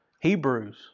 Hebrews